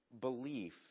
belief